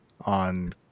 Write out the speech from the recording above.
on